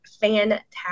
fantastic